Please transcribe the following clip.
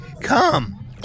Come